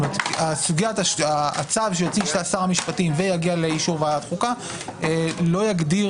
כלומר הצו שיוציא שר המשפטים שיגיע לאישור ועדת חוקה לא יגדיר